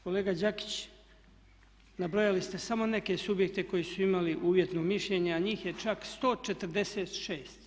Kolega Đakić, nabrojali ste samo neke subjekte koji su imali uvjetno mišljenje a njih je čak 146.